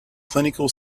clinical